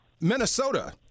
Minnesota